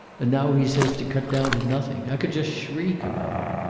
and now he says to cut down to nothing. i could just shriek about it.